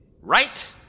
Right